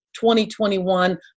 2021